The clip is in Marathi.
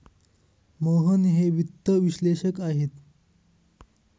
मोहन हे वित्त विश्लेषक आहेत